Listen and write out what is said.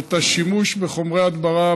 את השימוש בחומרי ההדברה,